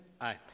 aye